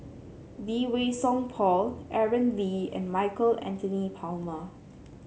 Lee Wei Song Paul Aaron Lee and Michael Anthony Palmer